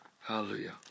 Hallelujah